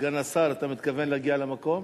סגן השר, אתה מתכוון להגיע למקום?